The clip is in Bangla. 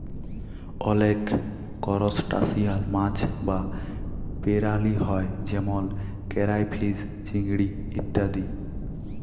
অলেক করসটাশিয়াল মাছ বা পেরালি হ্যয় যেমল কেরাইফিস, চিংড়ি ইত্যাদি